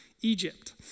Egypt